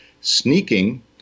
sneaking